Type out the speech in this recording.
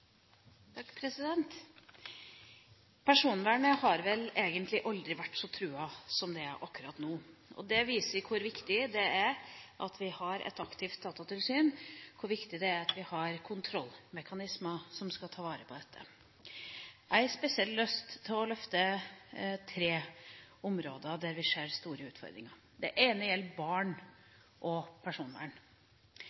enkeltes personvern. Personvernet har vel egentlig aldri vært så truet som det er akkurat nå. Det viser hvor viktig det er at vi har et aktivt datatilsyn, og hvor viktig det er at vi har kontrollmekanismer som skal ta vare på dette. Jeg har spesielt lyst til å løfte fram tre områder der vi ser store utfordringer. Det ene gjelder barn